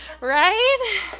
Right